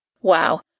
Wow